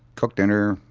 cooked dinner.